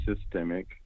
systemic